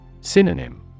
Synonym